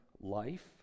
life